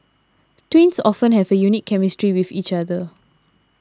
twins often have a unique chemistry with each other